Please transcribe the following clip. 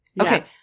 Okay